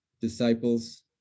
disciples